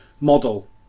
model